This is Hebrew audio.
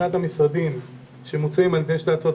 מבחינת המשרדים שמוצעים על ידי שתי הצעות